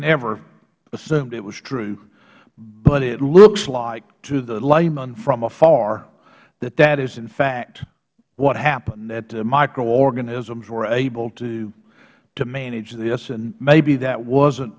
never assumed it was true but it looks like to the laymen from afar that that is in fact what happened that the microorganisms were able to manage this and maybe that wasn't